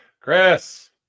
Chris